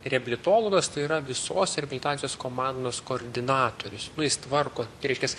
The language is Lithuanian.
reabilitologas tai yra visos reabilitacijos komandos koordinatorius nu jis tvarko tai reiškias